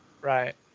Right